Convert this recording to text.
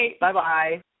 Bye-bye